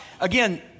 again